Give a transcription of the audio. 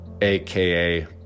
aka